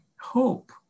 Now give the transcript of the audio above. hope